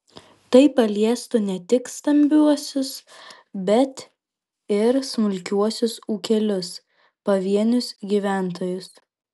tai paliestų ne tik stambiuosius bet ir smulkiuosius ūkelius pavienius gyventojus